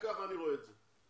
כך אני רואה את זה.